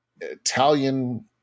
italian